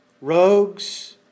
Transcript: rogues